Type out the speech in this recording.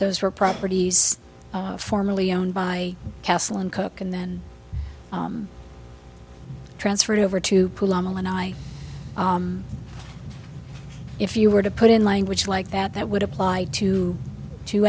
those were properties formerly owned by castle and cook and then transferred over to pull and i if you were to put in language like that that would apply to to